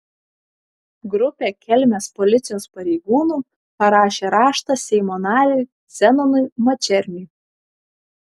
grupė kelmės policijos pareigūnų parašė raštą seimo nariui zenonui mačerniui